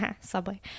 subway